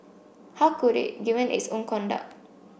how could it given its own conduct